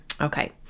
Okay